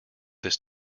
this